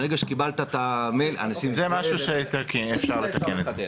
מרגע שקיבלת את האימייל --- זה משהו שיותר אפשר לתקן,